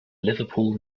liverpool